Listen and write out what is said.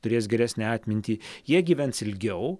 turės geresnę atmintį jie gyvens ilgiau